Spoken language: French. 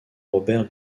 robert